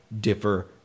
differ